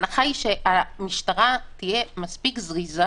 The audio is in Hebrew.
ההנחה היא שהמשטרה תהיה מספיק זריזה,